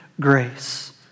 grace